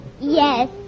Yes